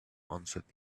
answered